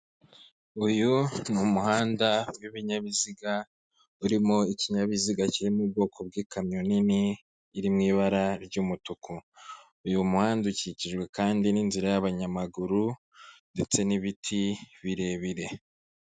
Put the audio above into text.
Uyu n'umuhanda w'ibinyabiziga, urimo ikinyabiziga kiri mu bwoko bw'ikamyo nini iri mu ibara ry'umutuku, uyu muhanda ukikijwe kandi n'inzira y'abanyamaguru ndetse n'ibiti birebire.